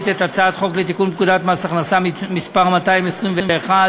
את הצעת חוק לתיקון פקודת מס הכנסה (מס' 221),